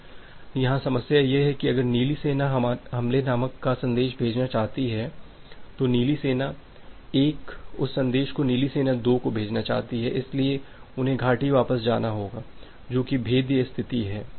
अब यहां समस्या यह है कि अगर नीली सेना हमले नामक का संदेश भेजना चाहती है तो यह नीली सेना 1 उस संदेश को नीली सेना 2 को भेजना चाहती है इसलिए उन्हें घाटी वापस जाना होगा जो कि भेद्य स्थिति है